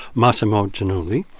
mossimo giannulli,